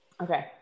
okay